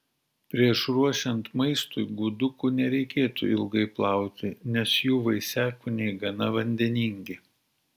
prieš ruošiant maistui gudukų nereikėtų ilgai plauti nes jų vaisiakūniai gana vandeningi